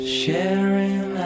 sharing